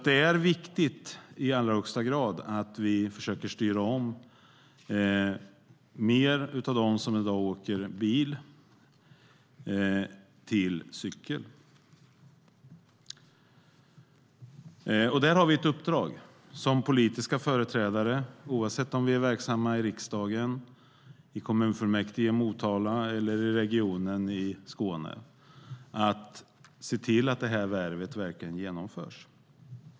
Det är i allra högsta grad viktigt att vi försöker styra om fler av dem som i dag åker bil till att använda cykel. Där har vi ett uppdrag som politiska företrädare, oavsett om vi är verksamma i riksdagen, i kommunfullmäktige i Motala eller i Region Skåne, att se till att det här värvet verkligen genomförs.